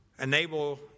enable